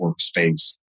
workspace